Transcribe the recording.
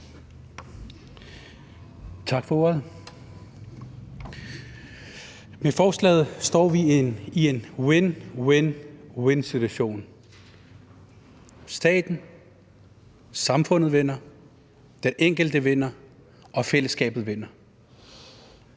Tak for ordet. Med forslaget står vi i en win-win-win-situation. Staten vinder, samfundet vinder, den enkelte vinder, og fællesskabet vinder.